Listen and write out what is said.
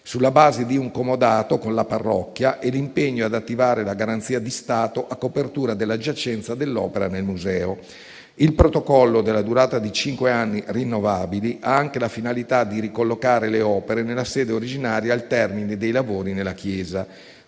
sulla base di un comodato con la parrocchia e l'impegno ad attivare la garanzia di Stato a copertura della giacenza dell'opera nel museo. Il protocollo della durata di cinque anni rinnovabili ha anche la finalità di ricollocare le opere nella sede originaria al termine dei lavori nella chiesa.